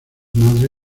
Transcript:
madre